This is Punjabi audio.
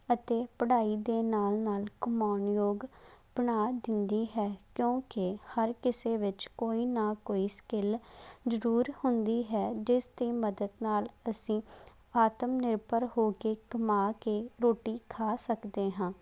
ਅਤੇ ਪੜ੍ਹਾਈ ਦੇ ਨਾਲ ਨਾਲ ਕਮਾਉਣ ਯੋਗ ਬਣਾ ਦਿੰਦੀ ਹੈ ਕਿਉਂਕਿ ਹਰ ਕਿਸੇ ਵਿੱਚ ਕੋਈ ਨਾ ਕੋਈ ਸਕਿਲ ਜ਼ਰੂਰ ਹੁੰਦੀ ਹੈ ਜਿਸ ਦੀ ਮਦਦ ਨਾਲ ਅਸੀਂ ਆਤਮ ਨਿਰਭਰ ਹੋ ਕੇ ਕਮਾ ਕੇ ਰੋਟੀ ਖਾ ਸਕਦੇ ਹਾਂ